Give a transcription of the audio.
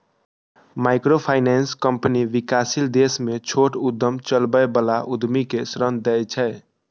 microfinance company विकासशील देश मे छोट उद्यम चलबै बला उद्यमी कें ऋण दै छै